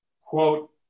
quote